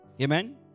Amen